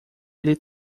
ele